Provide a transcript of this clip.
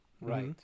Right